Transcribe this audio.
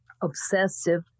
obsessive